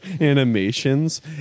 animations